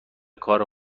کار